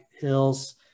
Hills